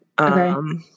okay